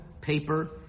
paper